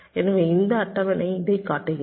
எனவே இந்த அட்டவணை இதைக் காட்டுகிறது